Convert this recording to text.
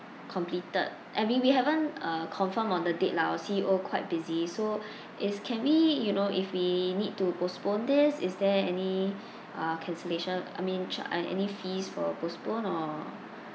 completed I mean we haven't uh confirmed on the date lah our C_E_O quite busy so if can we you know if we need to postpone this is there any uh cancellation I mean ch~ uh any fees for postpone or